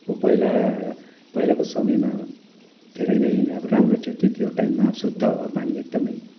पहिला पहिलाको समयमा धेरै नै अब राम्रो थियो त्यो त्यो टाइममा शुद्ध हावा पानी एकदमै